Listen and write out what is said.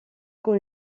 con